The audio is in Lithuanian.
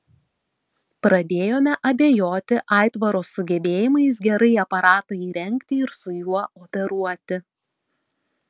pradėjome abejoti aitvaro sugebėjimais gerai aparatą įrengti ir su juo operuoti